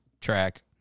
track